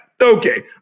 Okay